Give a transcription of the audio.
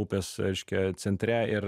upės reiškia centre ir